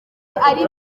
ari